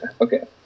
Okay